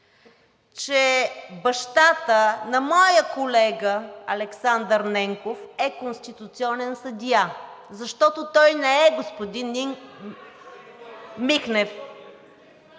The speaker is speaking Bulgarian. че бащата на моя колега Александър Ненков е конституционен съдия, защото той не е, господин Михнев!